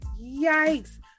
Yikes